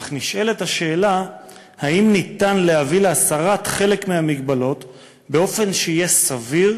אך נשאלת השאלה אם ניתן להביא להסרת חלק מהמגבלות באופן שיהיה סביר,